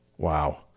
Wow